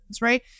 right